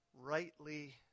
rightly